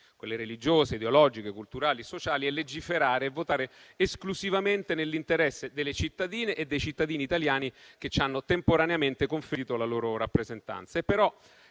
quelle religiose, ideologiche, culturali e sociali, e a legiferare e votare esclusivamente nell'interesse delle cittadine e dei cittadini italiani, che ci hanno temporaneamente conferito la loro rappresentanza;